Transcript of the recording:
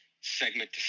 segment